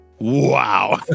Wow